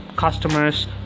Customers